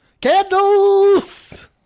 Candles